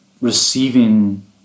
receiving